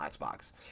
Xbox